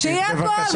שיהיה הכול.